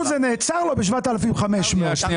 זה נעצר ב-7,500 ₪.